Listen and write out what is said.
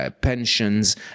pensions